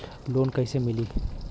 Loan कइसे मिलि?